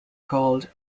called